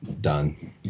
done